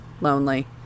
lonely